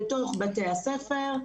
בתוך בתי הספר,